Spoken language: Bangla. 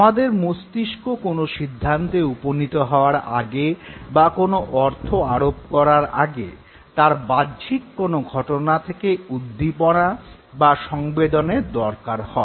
আমাদের মস্তিষ্ক কোনো সিদ্ধান্তে উপনীত হওয়ার আগে বা কোনো অর্থ আরোপ করার আগে তার বাহ্যিক কোনো ঘটনা থেকে উদ্দীপনা বা সংবেদনের দরকার হয়